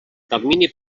termini